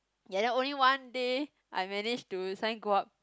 ya that only one day I manage to sign go up